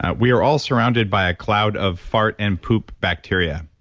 ah we are all surrounded by a cloud of fart and poop bacteria.